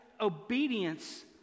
obedience